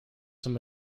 some